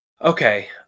Okay